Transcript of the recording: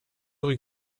rue